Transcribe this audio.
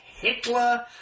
Hitler